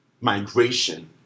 migration